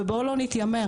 ובואו לא יתיימר,